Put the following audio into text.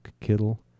Kittle